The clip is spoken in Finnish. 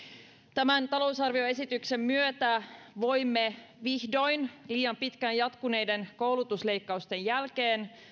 tämän talousarvioesityksen myötä voimme vihdoin liian pitkään jatkuneiden koulutusleikkausten jälkeen